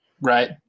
Right